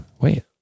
Wait